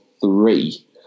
three